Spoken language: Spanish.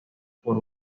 por